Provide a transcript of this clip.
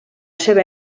seva